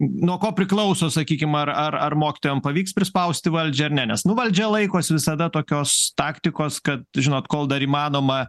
nuo ko priklauso sakykim ar ar mokytojam pavyks prispausti valdžią ar ne nu valdžia laikosi visada tokios taktikos kad žinot kol dar įmanoma